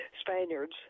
Spaniards